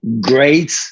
great